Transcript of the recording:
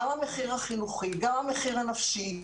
גם המחיר החינוכי, גם המחיר הנפשי,